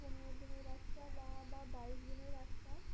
পনেরো দিনের বাচ্চা বা বা বাইশ দিনের বাচ্চা